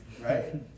Right